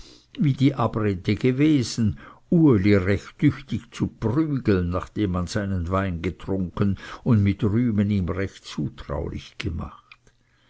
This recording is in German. wie die abrede gewesen uli recht tüchtig zu prügeln nachdem man seinen wein getrunken und mit rühmen ihn recht zutraulich gemacht